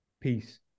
Peace